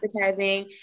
advertising